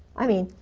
i mean.